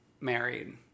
married